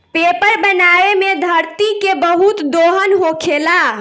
paper बनावे मे धरती के बहुत दोहन होखेला